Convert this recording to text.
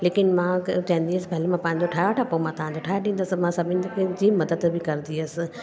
लेकिनि मां चवंदी हुअसि पहले मां पंहिंजो ठाहे वठां पोइ मां तव्हांजो ठाहे ॾींदसि मां सभिनी जी मदद बि कंदी हुअसि